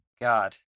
God